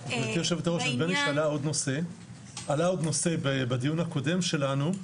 נדמה לי שעלה עוד נושא בדיון הקודם שלנו,